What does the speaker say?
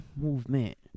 movement